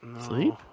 sleep